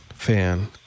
Fan